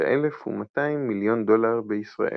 ו-1,200 מיליון דולר בישראל.